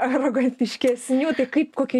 arogantiškesnių tai kaip kokia